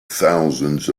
thousands